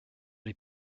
les